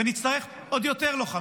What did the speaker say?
ונצטרך עוד יותר לוחמים.